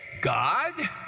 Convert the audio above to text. God